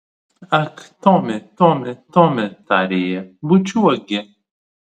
ak tomi tomi tomi tarė ji bučiuok gi